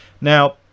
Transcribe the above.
Now